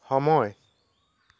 সময়